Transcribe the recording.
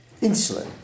insulin